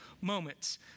moments